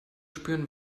spüren